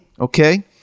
Okay